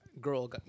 girl